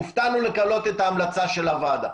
הופעתנו לגלות את ההמלצה של הוועדה.